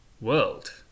world